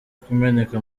kumeneka